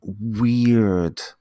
weird